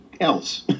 else